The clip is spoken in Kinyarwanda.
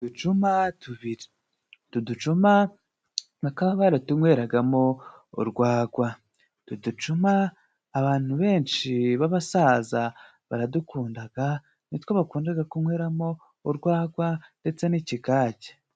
Uducuma tubiri, utu ducuma bakaba baratunyweragamo urwagwa. Uducuma abantu benshi b'abasaza baradukundaga nitwo bakundaga kunyweramo urwagwa ndetse n'ikigage.